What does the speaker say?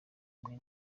hamwe